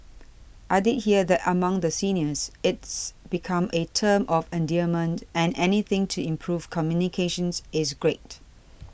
I did hear that among the seniors it's become a term of endearment and anything to improve communications is great